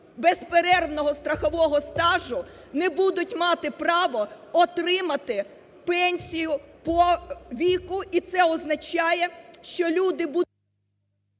без перервного страхового стажу, не будуть мати право отримати пенсію по віку. І це означає, що люди…